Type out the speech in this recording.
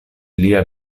lia